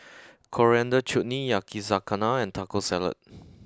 coriander Chutney Yakizakana and Taco Salad